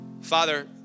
Father